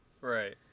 Right